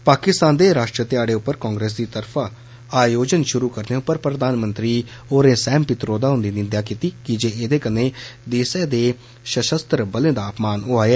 पाकिस्तान दे राश्ट्र दिवस उप्पर कांग्रेस दी तरफा आयोजन षुरु करने पर प्रधानमंत्री होरें सैम पित्रोदा हुंदी निंदेआ कीती कीजे एह्दे कन्नै देसै दे सषस्त्र बलें दा अपमान होआ ऐ